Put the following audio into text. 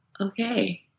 Okay